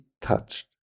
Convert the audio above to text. touched